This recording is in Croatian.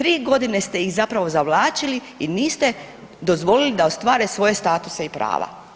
3 godine ste ih zapravo zavlačili i niste dozvolili da ostvare svoje statuse i prava.